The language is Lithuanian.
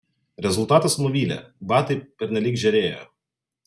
rezultatas nuvylė batai pernelyg žėrėjo